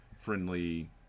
friendly